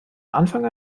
anfang